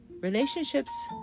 Relationships